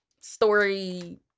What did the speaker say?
story